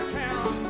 town